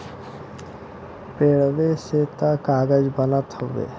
पेड़वे से त कागज बनत हउवे